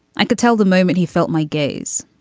i could tell the moment he felt my gaze.